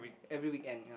every weekend yea